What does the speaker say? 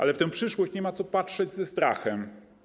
Ale w tę przyszłość nie ma co patrzeć ze strachem.